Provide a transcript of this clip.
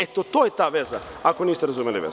Eto to je ta veza, ako niste razumeli vezu.